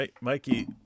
Mikey